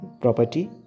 property